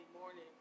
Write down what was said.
morning